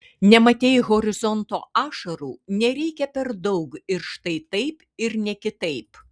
nematei horizonto ašarų nereikia per daug ir štai taip ir ne kitaip